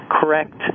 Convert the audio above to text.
correct